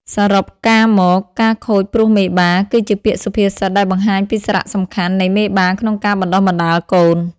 សរុបការមក កូនខូចព្រោះមេបា គឺជាពាក្យសុភាសិតដែលបង្ហាញពីសារៈសំខាន់នៃមេបាក្នុងការបណ្តុះបណ្តាលកូន។